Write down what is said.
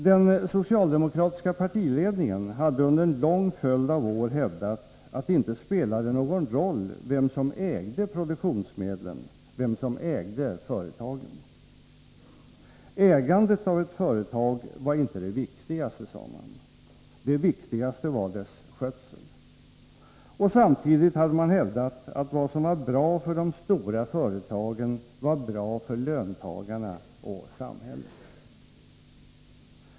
Den socialdemokratiska partiledningen hade under en lång följd av år hävdat, att det inte spelade någon roll vem som ägde produktionsmedlen, vem som ägde företagen. Ägandet av ett företag var inte det viktiga, sade man. Det viktiga var dess skötsel. Och samtidigt hade man hävdat att vad som var bra för de stora företagen var bra för löntagarna och samhället.